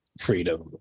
freedom